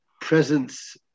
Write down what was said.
presence